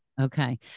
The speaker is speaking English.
Okay